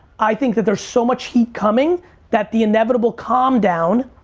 i think that there's so much heat coming that the inevitable calm down,